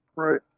Right